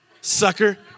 sucker